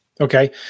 Okay